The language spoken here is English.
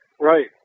right